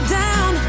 down